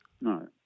No